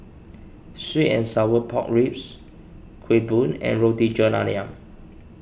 Sweet and Sour Pork Ribs Kueh Bom and Roti John Ayam